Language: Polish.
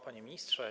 Panie Ministrze!